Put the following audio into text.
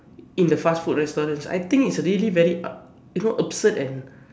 in the fast food restaurants I think it's really very ab you know absurd and